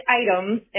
items